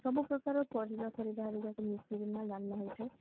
ସବୁ ପ୍ରକାର ପରିବା ଫରିବା ହେରିକା ମିଶିକି ଡ଼ାଲମା ହୋଇଥାଏ